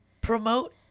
promote